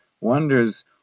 wonders